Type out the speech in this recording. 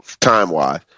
time-wise